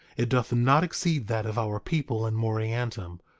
it doth not exceed that of our people in moriantum.